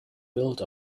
built